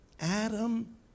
Adam